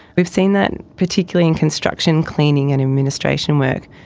we've seen that particularly in construction, cleaning and administration work,